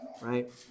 right